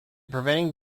preventing